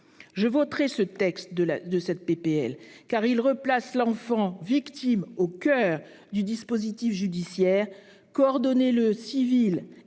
Je voterai ce texte, car il replace l'enfant victime au coeur du dispositif judiciaire. Coordonner le civil et